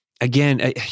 Again